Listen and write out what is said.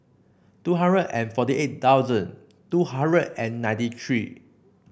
two hundred and forty eight thousand two hundred and ninety three